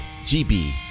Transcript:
GB